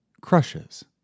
crushes